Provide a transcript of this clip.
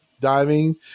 diving